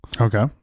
Okay